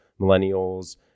millennials